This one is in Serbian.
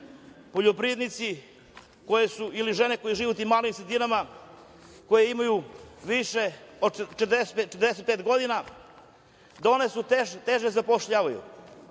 poljoprivrednici ili žene koje žive u tim malim sredinama koje imaju više od 45 godina se teže zapošljavaju,